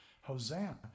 Hosanna